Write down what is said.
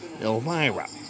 Elvira